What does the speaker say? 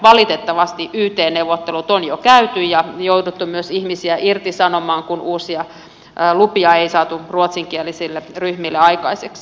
valitettavasti yt neuvottelut on jo käyty ja on jouduttu ihmisiä myös irtisanomaan kun uusia lupia ei saatu ruotsinkielisille ryhmille aikaiseksi